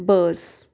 bus